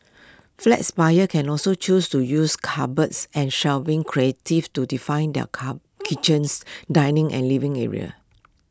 flats buyers can also choose to use cupboards and shelving creative to define their car kitchens dining and living areas